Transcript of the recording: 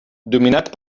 dominat